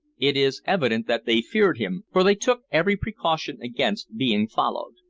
it is evident that they feared him, for they took every precaution against being followed.